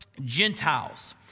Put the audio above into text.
Gentiles